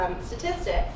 statistics